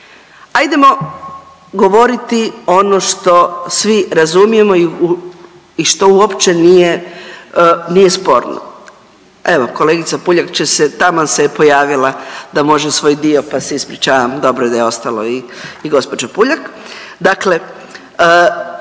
Ajdemo govorit ono što svi razumijemo i što uopće nije, nije sporno. Evo kolegica Puljak će se, taman se je pojavila da može svoj dio pa se ispričavam, dobro je da je ostalo i gospođa Puljak.